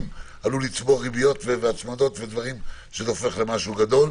עלול לצבור ריביות והצמדות ולהפוך למשהו גדול.